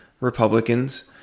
Republicans